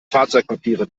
fahrzeugpapiere